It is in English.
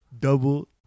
double